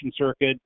circuit